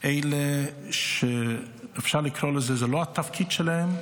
אלה שאפשר לומר שזה לא התפקיד שלהם,